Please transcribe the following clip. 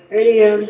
Radio